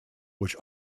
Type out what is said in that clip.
which